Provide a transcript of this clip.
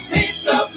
Pizza